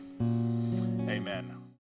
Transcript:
Amen